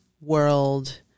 world